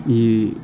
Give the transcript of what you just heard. ఈ